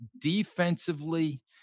defensively